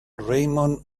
raymond